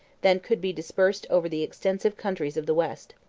than could be dispersed over the extensive countries of the west.